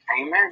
Amen